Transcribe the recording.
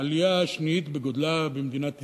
העלייה השביעית בגודלה במדינת ישראל,